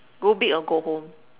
go big or go home